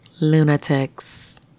lunatics